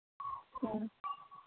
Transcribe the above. ꯎꯝ